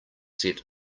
set